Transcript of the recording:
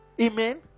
Amen